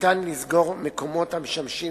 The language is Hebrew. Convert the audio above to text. ניתן לסגור מקומות המשמשים